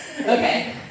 Okay